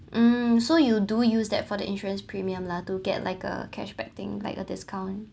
mm so you do use that for the insurance premium lah to get like a cashback thing like a discount